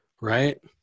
right